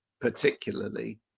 particularly